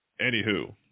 Anywho